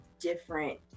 different